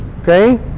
Okay